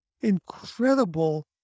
incredible